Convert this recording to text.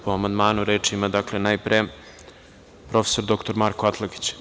Po amandmanu reč ima najpre prof. dr Marko Atlagić.